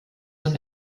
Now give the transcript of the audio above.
und